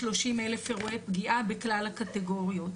30,000 אירועי פגיעה בכלל הקטגוריות.